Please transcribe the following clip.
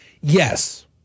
Yes